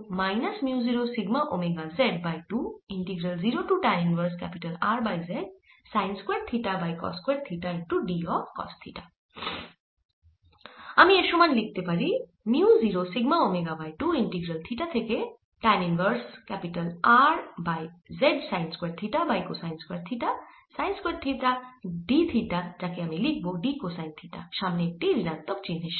এর সমান লিখতে পারি mu 0 sigma omega by 2 integral theta 0 থেকে tan inverse R by z sine square theta by cosine square theta sine square theta d theta যাকে আমি লিখব d কোসাইন থিটা সামনে একটি ঋণাত্মক চিহ্নের সাথে